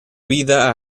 vida